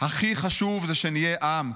"הכי חשוב, שנהיה עם.